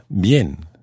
BIEN